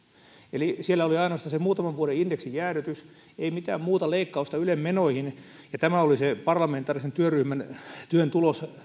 eli siellä oli ainoastaan se muutaman vuoden indeksijäädytys ei mitään muuta leikkausta ylen menoihin ja tämä oli se parlamentaarisen työryhmän työn tulos